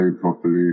properly